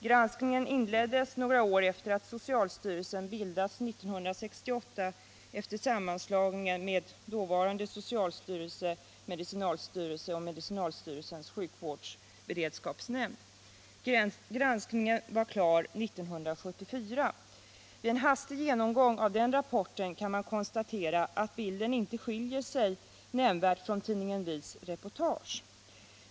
Granskningen inleddes några år efter det att socialstyrelsen bildats 1968 genom sammanslagning av dåvarande socialstyrelsen, medicinalstyrelsen och medicinalstyrelsens sjukvårdsberedskapsnämnd. Granskningen var klar 1974. Vid en hastig genomgång av den rapporten kan man konstatera att bilden inte skiljer sig nämnvärt från den man får av reportaget i tidningen Vi.